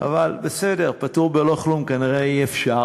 אבל בסדר, פטור בלא כלום כנראה אי-אפשר.